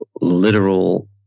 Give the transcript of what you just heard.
literal